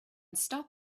stop